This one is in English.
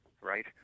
right